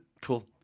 Cool